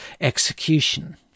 execution